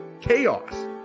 Chaos